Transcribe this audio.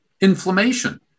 inflammation